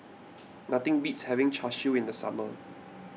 nothing beats having Char Siu in the summer